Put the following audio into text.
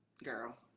girl